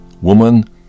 Woman